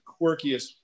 quirkiest